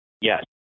Yes